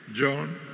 John